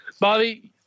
Bobby